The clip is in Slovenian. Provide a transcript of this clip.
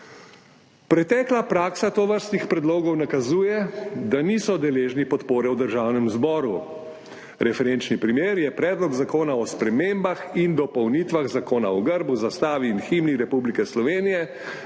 Pretekla praksa tovrstnih predlogov nakazuje, da niso deležni podpore v Državnem zboru. Referenčni primer je Predlog zakona o spremembah in dopolnitvah Zakona o grbu, zastavi in himni Republike Slovenije